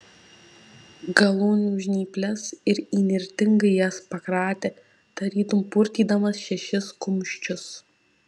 galūnių žnyples ir įnirtingai jas pakratė tarytum purtydamas šešis kumščius